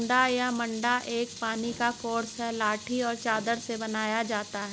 मड्डू या मड्डा एक पानी का कोर्स है लाठी और चादर से बनाया जाता है